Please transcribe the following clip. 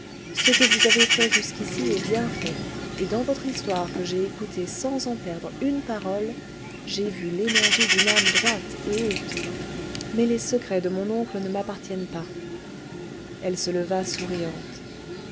ce que vous avez fait jusqu'ici est bien fait et dans votre histoire que j'ai écoutée sans en perdre une parole j'ai vu l'énergie d'une âme droite et haute mais les secrets de mon oncle ne m'appartiennent pas elle se leva souriante